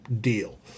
deal